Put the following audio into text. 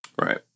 Right